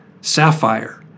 sapphire